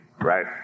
Right